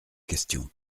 questions